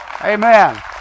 Amen